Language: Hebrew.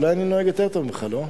אולי אני נוהג יותר טוב ממך, לא?